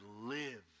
live